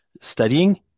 studying